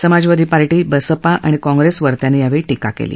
समाजवादी party Baspa आणि काँप्रेसवर त्यांनी टीका केली